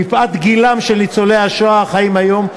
מפאת גילם של ניצולי השואה החיים היום,